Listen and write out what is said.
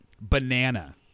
banana